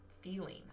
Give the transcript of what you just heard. feeling